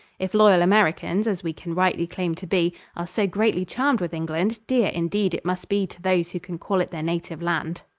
if loyal americans, as we can rightly claim to be, are so greatly charmed with england, dear indeed it must be to those who can call it their native land.